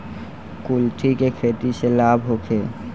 कुलथी के खेती से लाभ होखे?